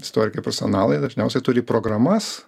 istorikai profesionalai dažniausiai turi programas